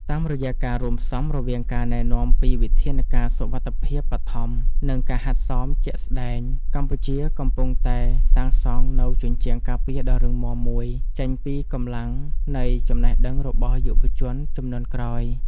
តាមរយៈការរួមផ្សំរវាងការណែនាំពីវិធានការសុវត្ថិភាពបឋម និងការហាត់សមជាក់ស្ដែង កម្ពុជាកំពុងតែសាងសង់នូវជញ្ជាំងការពារដ៏រឹងមាំមួយ ចេញពីកម្លាំងនៃចំណេះដឹងរបស់យុវជនជំនាន់ក្រោយ។